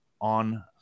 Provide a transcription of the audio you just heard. on